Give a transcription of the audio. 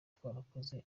twarakoze